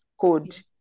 code